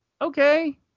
Okay